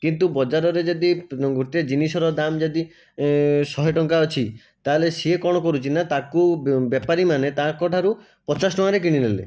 କିନ୍ତୁ ବଜାରରେ ଯଦି ଗୋଟିଏ ଜିନିଷର ଦାମ ଯଦି ଶହେ ଟଙ୍କା ଅଛି ତାହେଲେ ସିଏ କଣ କରୁଛି ନା ତାକୁ ବେପାରୀମାନେ ତାଙ୍କ ଠାରୁ ପଚାଶ ଟଙ୍କାରେ କିଣି ନେଲେ